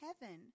heaven